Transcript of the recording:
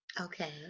Okay